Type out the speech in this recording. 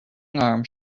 arm